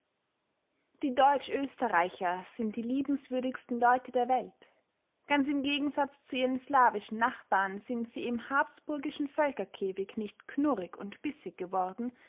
die deutsch-österreicher sind die liebenswürdigsten leute der welt ganz im gegensatz zu ihren slawischen nachbarn sind sie im habsburgischen völkerkäfig nicht knurrig und bissig geworden